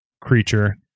creature